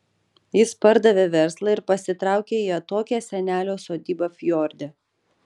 jis pardavė verslą ir pasitraukė į atokią senelio sodybą fjorde